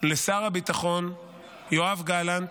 לשר הביטחון יואב גלנט,